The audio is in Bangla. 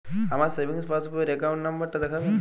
আমার সেভিংস পাসবই র অ্যাকাউন্ট নাম্বার টা দেখাবেন?